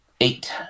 eight